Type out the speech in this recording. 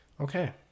okay